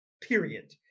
Period